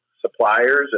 suppliers